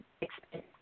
expand